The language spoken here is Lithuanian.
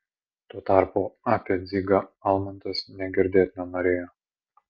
tuo tarpu apie dzigą almantas nė girdėt nenorėjo